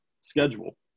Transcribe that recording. Schedule